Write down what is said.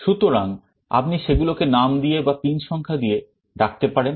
সুতরাং আপনি সেগুলোকে নাম দিয়ে বা pin সংখ্যা দিয়ে ডাকতে পারেন